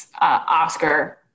Oscar